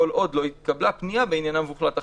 עוד לא התקבלה פנייה בעניינם והוחלט אחרת".